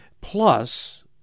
Plus